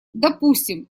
допустим